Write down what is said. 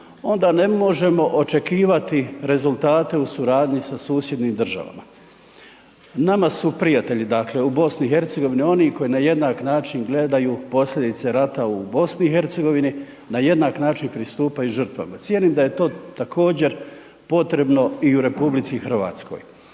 onda ne možemo očekivati rezultate u suradnji sa susjednim državama. Nama su prijatelji, dakle, u BiH oni koji na jednak način gledaju posljedice rata u BiH, na jednak način pristupaju žrtvama. Cijenim da je to također potrebno i u RH. Institucije